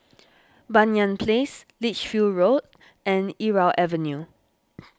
Banyan Place Lichfield Road and Irau Avenue